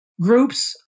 groups